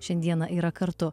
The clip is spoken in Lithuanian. šiandieną yra kartu